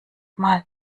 mal